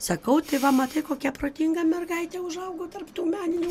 sakau tai va matai kokia protinga mergaitė užaugo tarp tų meninių